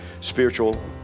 spiritual